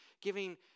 Giving